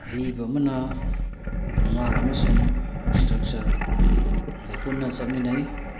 ꯑꯏꯕ ꯑꯃꯅ ꯒ꯭ꯔꯃꯥꯔ ꯑꯃꯁꯨꯡ ꯁꯇ꯭ꯔꯛꯆ꯭ꯔꯒ ꯄꯨꯟꯅ ꯆꯠꯃꯤꯟꯅꯩ